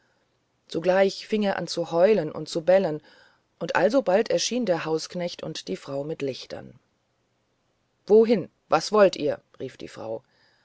zugleich fing er an zu heulen und zu bellen und alsobald erschien der hausknecht und die frau mit lichtern wohin was wollt ihr rief die frau